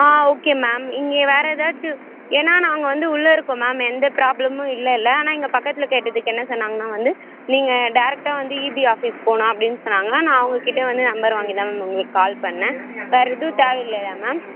ஆ okay ma'am இங்கே வேறு ஏதாச்சும் ஏன்னா நாங்கள் வந்து உள்ளே இருக்கோம் மேம் எந்த ப்ராப்ளமும் இல்லைல்ல ஆனால் இங்கே பக்கத்தில் கேட்டதுக்கு என்ன சொன்னாங்கன்னா வந்து நீங்கள் டைரக்டா வந்து இபி ஆஃபீஸ் போகணும் அப்டின்னு சொன்னாங்க நான் அவங்கக்கிட்டே வந்து நம்பர் வாங்கிதான் மேம் உங்களுக்கு கால் பண்ணேன் வேறு எதுவும் தேவை இல்லையா மேம்